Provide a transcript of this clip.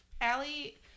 Allie